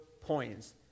points